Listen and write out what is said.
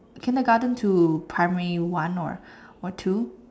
kindergarten to primary one or one two